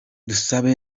dusaba